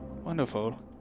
Wonderful